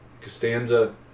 Costanza